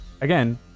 Again